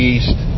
East